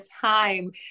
time